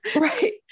Right